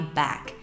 back